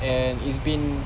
and it's been